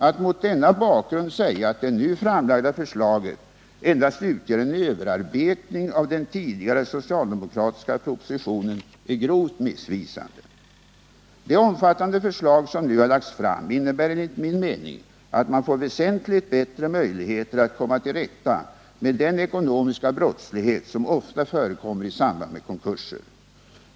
Att mot denna bakgrund säga att det nu framlagda förslaget endast utgör en överarbetning av den tidigare socialdemokratiska propositionen är grovt missvisande. Det omfattande förslag som nu har lagts fram innebär enligt min mening att man får väsentligt bättre möjligheter att komma till rätta med den ekonomiska brottslighet som ofta förekommer i samband med konkurser.